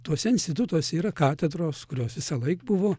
tuose institutuose yra katedros kurios visąlaik buvo